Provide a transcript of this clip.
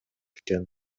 экен